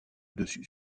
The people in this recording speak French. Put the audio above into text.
dessus